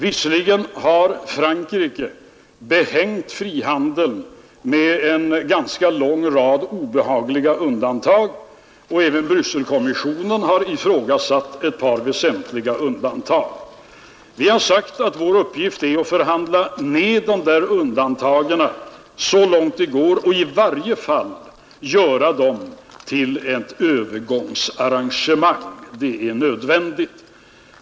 Visserligen har Frankrike hängt på frihandeln en ganska lång rad obehagliga undantag, och även Brysselkommissionen har ifrågasatt ett par väsentliga undantag, men vi har förklarat att vår uppgift är att förhandla ned dessa undantag så långt det går och i varje fall försöka göra dem till ett övergångsarrangemang. Detta är nödvändigt.